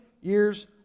years